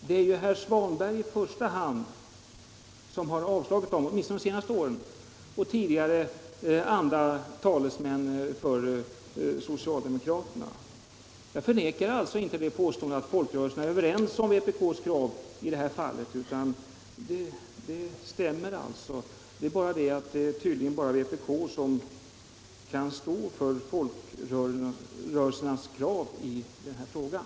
Det är ju herr Svanberg i första hand som har avstyrkt förslagen åtminstone under de senare åren, och tidigare har det varit andra talesmän för socialdemokraterna. Jag förnekar alltså inte att folkrörelserna är överens med vpk i detta fall. Och det är tydligen bara vpk som kan stå för folkrörelsernas krav i den här frågan.